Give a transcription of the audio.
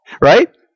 Right